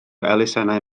elusennau